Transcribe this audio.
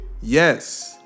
yes